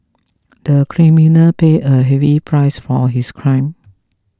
the criminal paid a heavy price for his crime